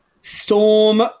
Storm